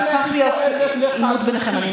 זה הפך להיות עימות ביניכם.